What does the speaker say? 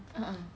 a'ah